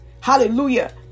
hallelujah